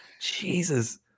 Jesus